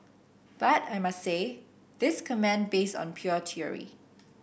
but I must say this comment based on pure theory